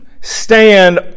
stand